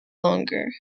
longer